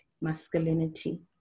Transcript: masculinity